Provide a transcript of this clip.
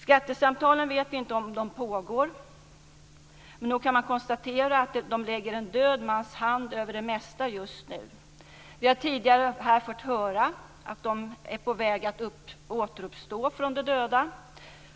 Vi vet inte om skattesamtalen pågår, men nog kan man konstatera att de lägger en död mans hand över det mesta just nu. Vi har tidigare här fått höra att de är på väg att återuppstå från de döda.